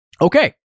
Okay